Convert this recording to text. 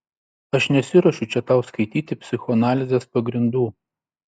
aš nesiruošiu čia tau skaityti psichoanalizės pagrindų